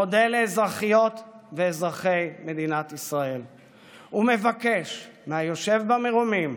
אני מודה לאזרחיות ואזרחי מדינת ישראל ומבקש מהיושב במרומים